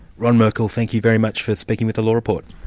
ron merkel thank you very much for speaking with the law report.